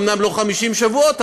אומנם לא חמישה שבועות,